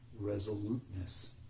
Resoluteness